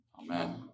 Amen